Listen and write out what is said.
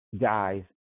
guys